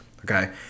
okay